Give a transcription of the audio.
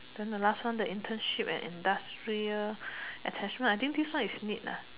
then the last one the internship and industrial attachment I think this one is the need lah